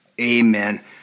Amen